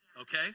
okay